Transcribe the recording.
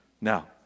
Now